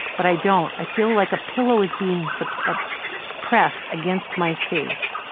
but i don't i feel like a pillow is being so ah pressed against my face.